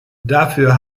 dafür